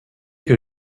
que